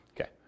Okay